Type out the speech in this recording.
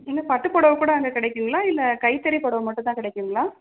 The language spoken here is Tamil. என்ன பட்டு புடவை கூட அங்கே கிடைக்குங்களா இல்லை கைத்தறி புடவ மட்டும்தான் கிடைக்குங்களா